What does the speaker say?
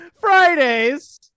Fridays